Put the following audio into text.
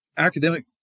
Academic